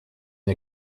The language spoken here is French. une